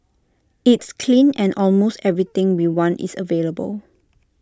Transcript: it's clean and almost everything we want is available